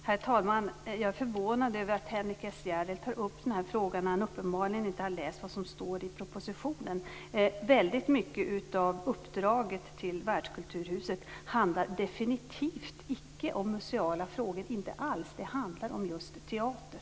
Herr talman! Jag är förvånad över att Henrik S Järrel tar upp den här frågan när han uppenbarligen inte har läst vad som står i propositionen. Väldigt mycket av uppdraget till världskulturhuset handlar definitivt icke om museala frågor. Det handlar om just teater.